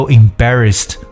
embarrassed